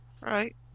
Right